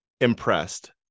impressed